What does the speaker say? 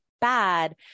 bad